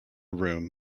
room